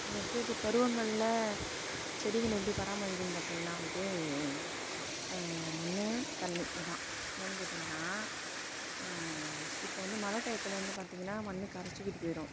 வெவ்வேறு பருவங்களில் செடிகளை எப்படி பராமரிக்கணும் பார்த்திங்கன்னா வந்து மண் தண்ணி இதுதான் ஏன்னெனு கேட்டிங்கன்னால் இப்போது வந்து மழை டையத்தில் வந்து பார்த்திங்கன்னா மண் கரைச்சிக்கிட்டு போயிடும்